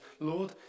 Lord